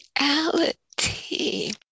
reality